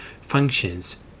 functions